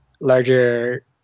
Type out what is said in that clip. larger